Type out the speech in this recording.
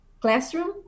classroom